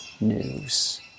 news